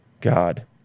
God